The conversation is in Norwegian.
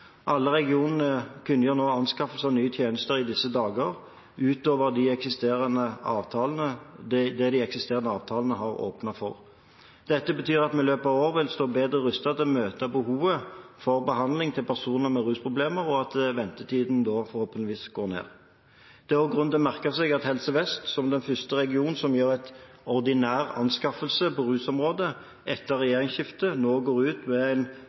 Alle regionene kunngjør nå i disse dager anskaffelser av nye tjenester, utover det de eksisterende avtalene har åpnet for. Dette betyr at vi i løpet av året vil stå bedre rustet til å møte behovet for behandling til personer med rusproblemer, og at ventetiden da forhåpentligvis går ned. Det er også grunn til å merke seg at Helse Vest – som den første region som gjør en ordinær anskaffelse på rusområdet etter regjeringsskiftet – nå går ut med en